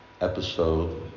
episode